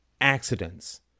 accidents